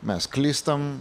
mes klystam